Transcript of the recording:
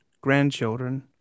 grandchildren